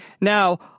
Now